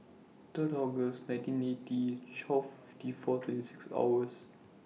three August nineteen eighty twelve fifty four twenty six hours